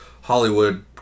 Hollywood